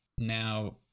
now